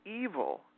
evil